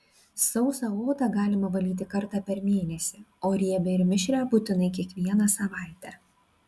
sausą odą galima valyti kartą per mėnesį o riebią ir mišrią būtinai kiekvieną savaitę